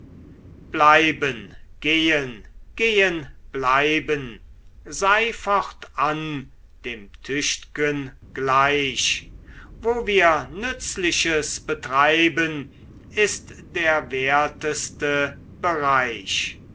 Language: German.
bleiben gehen gehen bleiben sei fortan dem tücht'gen gleich wo wir nützliches betreiben ist der werteste bereich